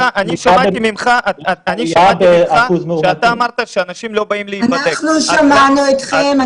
אני שמעתי שאמרת שאנשים לא באים להיבדק --- אנחנו שמענו אתכם,